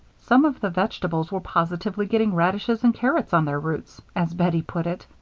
some of the vegetables were positively getting radishes and carrots on their roots, as bettie put it.